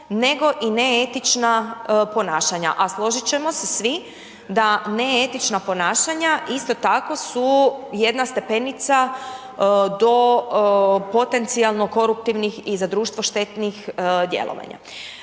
nego i neetična ponašanja, a složiti ćemo se svi, da neetična ponašanja, isto tako su jedna stepenica do potencijalnim koruptivnih i za društvo štetnih djelovanja.